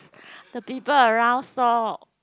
the people around saw